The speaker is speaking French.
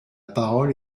parole